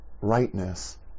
rightness